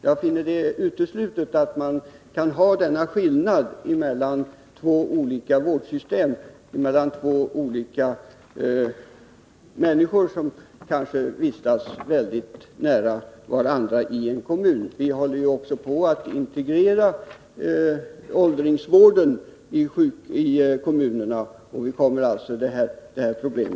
Jag finner det uteslutet att man kan ha denna skillnad mellan två olika vårdsystem, mellan två människor som kanske vistas mycket nära varandra i en kommun. Vi håller också på att integrera åldringsvården i kommunerna. Vi kommer alltså närmare detta problem.